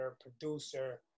producer